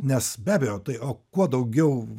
nes be abejo tai o kuo daugiau